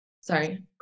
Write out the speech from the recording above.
sorry